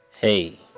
hey